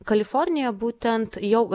kalifornija būtent jau